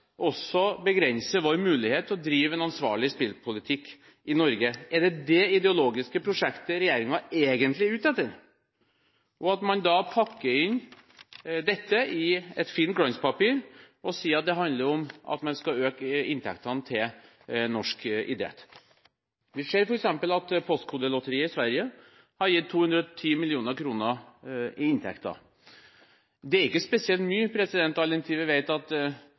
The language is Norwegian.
også begrense vår mulighet til å drive en ansvarlig spillpolitikk i Norge? Er det det ideologiske prosjektet regjeringen egentlig er ute etter, og så pakker man inn dette i et fint glanspapir og sier at det handler om at man skal øke inntektene til norsk idrett? Vi ser f.eks. at Postkodelotteriet i Sverige har gitt 210 mill. svenske kroner i inntekter. Det er ikke spesielt mye, all den tid vi vet at